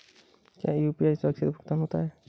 क्या यू.पी.आई सुरक्षित भुगतान होता है?